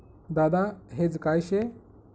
दादा हेज काय शे?